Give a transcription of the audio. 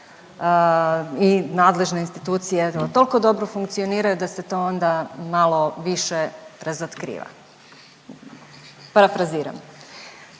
i nadležne institucije toliko dobro funkcioniraju da se to onda malo više razotkriva, parafraziram.